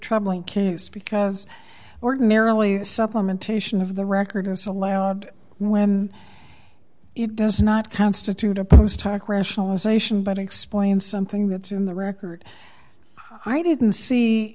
troubling case because ordinarily supplementation of the record is allowed when it does not constitute a purpose talk rationalization but explain something that's in the record i didn't see